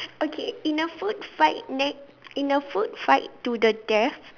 okay in a food fight ne~ in the food fight to the death